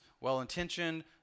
well-intentioned